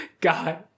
god